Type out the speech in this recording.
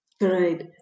Right